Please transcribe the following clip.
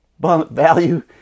value